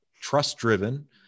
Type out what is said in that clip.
trust-driven